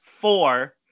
four